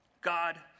God